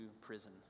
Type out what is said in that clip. prison